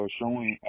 showing